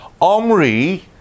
Omri